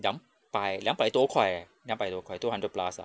两百两百多块 eh 两百多块 two hundred plus ah